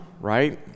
right